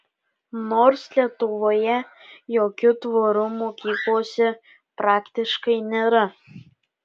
nors lietuvoje jokių tvorų mokyklose praktiškai nėra